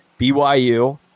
BYU